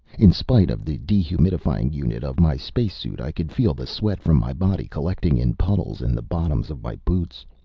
in spite of the dehumidifying unit of my spacesuit, i could feel the sweat from my body collecting in puddles in the bottoms of my boots.